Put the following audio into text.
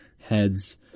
heads